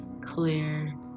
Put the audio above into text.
clear